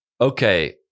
okay